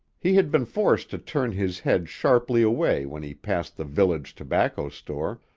he had been forced to turn his head sharply away when he passed the village tobacco store,